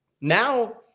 Now